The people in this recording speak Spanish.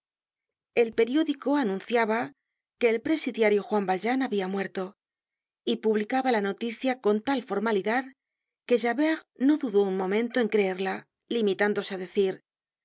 el periódico anunciaba que el presidiario juan valjean habia muerto y publicaba la noticia con tal formalidad que javert no dudó un momento en creerla limitándose á decir ese